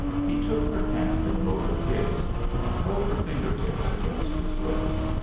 he took her hand in both of his and held her finger-tips against his lips.